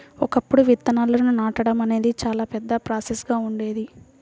ఒకప్పుడు విత్తనాలను నాటడం అనేది చాలా పెద్ద ప్రాసెస్ గా ఉండేది